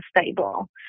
stable